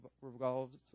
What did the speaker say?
revolves